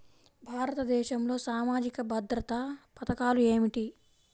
భారతదేశంలో సామాజిక భద్రతా పథకాలు ఏమిటీ?